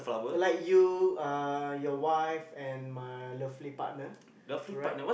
like you uh your wife and my lovely partner alright